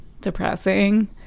depressing